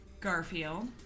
Garfield